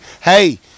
hey